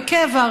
בקבע,